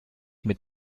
mit